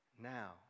now